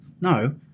no